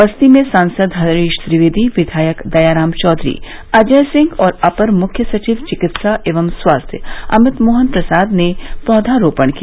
बस्ती में सांसद हरीश द्विवेदी विधायक दयाराम चौधरी अजय सिंह और अपर मुख्य सचिव चिकित्सा एवं स्वास्थ्य अमित मोहन प्रसाद ने पौधरोपण किया